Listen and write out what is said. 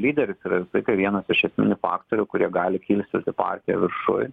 lyderis yra visą laiką vienas iš esminių faktorių kurie gali kilstelti partiją viršuj